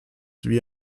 wie